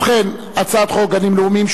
ובכן הצעת חוק גנים לאומיים,